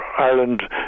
Ireland